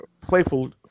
playful